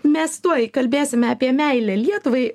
mes tuoj kalbėsime apie meilę lietuvai